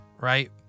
right